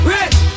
Rich